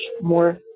more